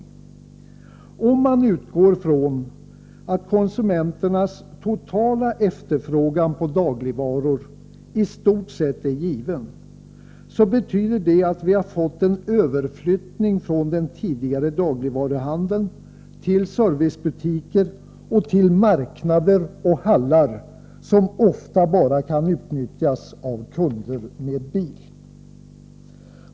Om man utgår från att konsumenternas totala efterfrågan på dagligvaror i stort sett är given, betyder det att vi har fått en överflyttning från den tidigare dagligvaruhandeln till servicebutiker och till marknader och hallar som ofta bara kan utnyttjas av kunder med bil.